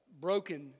broken